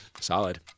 Solid